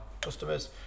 customers